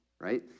right